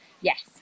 Yes